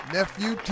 Nephew